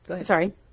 sorry